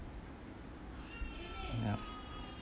ya